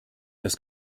das